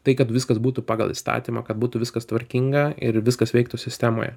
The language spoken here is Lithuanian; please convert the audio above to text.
tai kad viskas būtų pagal įstatymą kad būtų viskas tvarkinga ir viskas veiktų sistemoje